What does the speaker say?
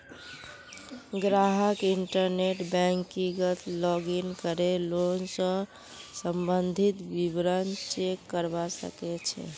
ग्राहक इंटरनेट बैंकिंगत लॉगिन करे लोन स सम्बंधित विवरण चेक करवा सके छै